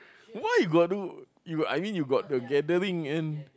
why you got do you I mean the you got the gathering and